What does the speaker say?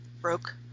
Broke